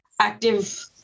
active